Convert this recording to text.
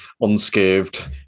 unscathed